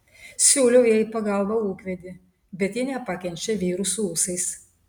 siūliau jai į pagalbą ūkvedį bet ji nepakenčia vyrų su ūsais